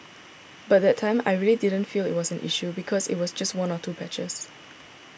but that time I really didn't feel it was an issue because it was just one or two patches